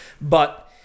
But-